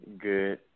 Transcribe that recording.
Good